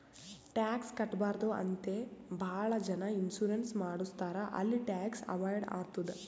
tax ಕಟ್ಬಾರ್ದು ಅಂತೆ ಭಾಳ ಜನ ಇನ್ಸೂರೆನ್ಸ್ ಮಾಡುಸ್ತಾರ್ ಅಲ್ಲಿ ಟ್ಯಾಕ್ಸ್ ಅವೈಡ್ ಆತ್ತುದ್